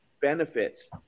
benefits